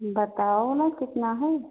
बताओ न कितना है